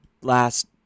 last